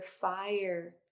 fire